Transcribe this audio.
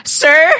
sir